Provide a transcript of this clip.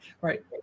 Right